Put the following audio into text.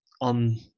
on